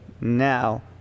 Now